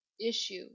issue